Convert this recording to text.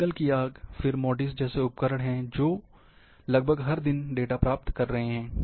जंगल की आग फिर मोडिस जैसे उपग्रह हैं जो लगभग हर दिन डेटा प्राप्त कर रहे हैं